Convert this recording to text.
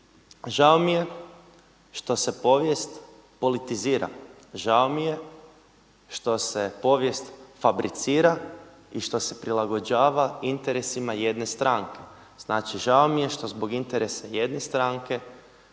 Žao mi je što se povijest politizira, žao mi je što se povijest fabricira i što se prilagođava interesima jedne stranke. Znači žao mi je što zbog interesa jedne stranke